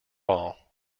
all